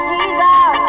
Jesus